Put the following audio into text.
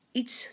iets